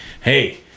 hey